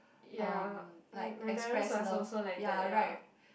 um like express love ya right